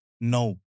No